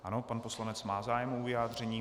Ano, pan poslanec má zájem o vyjádření.